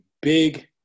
big